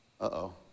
Uh-oh